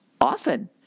often